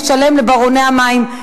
נשלם לברוני המים,